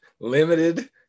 Limited